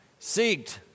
Seeked